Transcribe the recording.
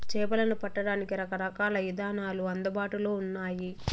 చేపలను పట్టడానికి రకరకాల ఇదానాలు అందుబాటులో ఉన్నయి